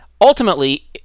ultimately